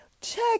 check